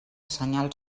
senyal